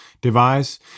device